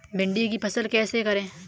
भिंडी की फसल कैसे करें?